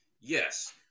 Yes